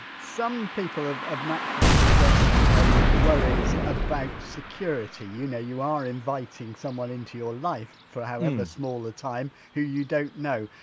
some people have naturally expressed and worries about security. you know, you are inviting someone into your life for however small a time who you don't know.